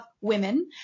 women